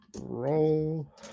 roll